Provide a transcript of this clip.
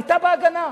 היתה ב"הגנה".